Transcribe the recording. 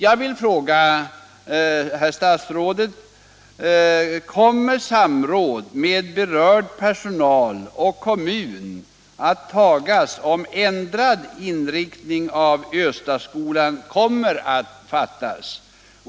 Jag vill fråga statsrådet: Kommer samråd med berörd personal och kommun att upptas, om ändrad inriktning av Östaskolan kommer att fattas?